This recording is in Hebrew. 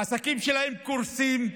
העסקים שלהם קורסים,